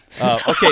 Okay